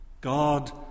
God